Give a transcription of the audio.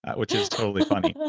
which is totally funny,